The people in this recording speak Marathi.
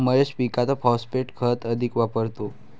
महेश पीकात फॉस्फेट खत अधिक वापरतो